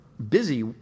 busy